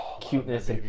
cuteness